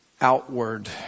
outward